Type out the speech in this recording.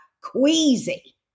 Queasy